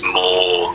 more